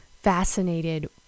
fascinated